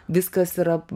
viskas yra